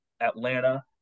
Atlanta